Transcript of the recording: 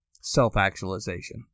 self-actualization